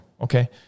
okay